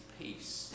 peace